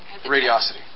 radiosity